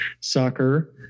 soccer